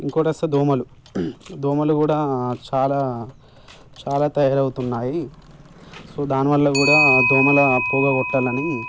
ఇంకొకటొస్తే దోమలు దోమలు కూడా చాలా చాలా తయారవుతున్నాయి సో దానివల్ల కూడా దోమల పొగ కొట్టాలని